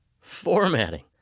Formatting